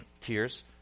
tears